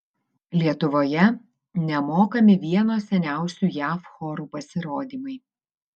lietuvoje nemokami vieno seniausių jav chorų pasirodymai